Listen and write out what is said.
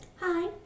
Hi